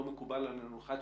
לא מקובל עלינו אחד,